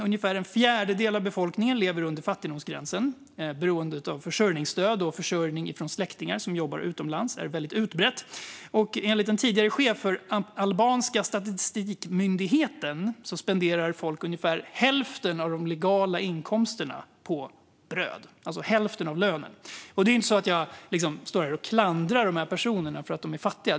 Ungefär en fjärdedel av befolkningen lever under fattigdomsgränsen och är beroende av försörjningsstöd, och försörjning från släktingar som jobbar utomlands är något som är väldigt utbrett. Enligt en tidigare chef för den albanska statistikmyndigheten spenderar folk ungefär hälften av sina legala inkomster - alltså hälften av lönen - på bröd. Det är inte så att jag står här och klandrar dessa personer för att de är fattiga.